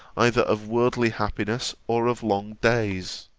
either of worldly happiness, or of long days